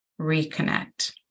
Reconnect